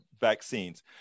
vaccines